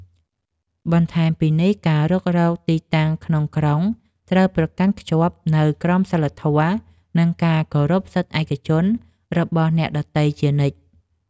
បន្ថែមពីនេះ ការរុករកទីតាំងក្នុងក្រុងត្រូវប្រកាន់ខ្ជាប់នូវក្រមសីលធម៌ និងការគោរពសិទ្ធិឯកជនរបស់អ្នកដទៃជានិច្ច។